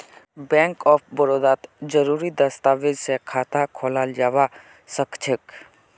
bank of बड़ौदात जरुरी दस्तावेज स खाता खोलाल जबा सखछेक